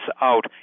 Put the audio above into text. out